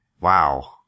Wow